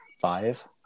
five